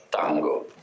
Tango